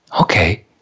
okay